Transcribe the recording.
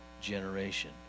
generation